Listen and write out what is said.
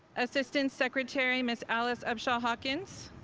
assistant secretary, ms. alice abshaw-hawkins,